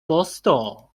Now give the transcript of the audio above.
posto